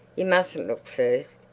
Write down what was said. you mustn't look first.